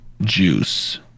Juice